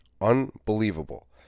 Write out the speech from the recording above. Unbelievable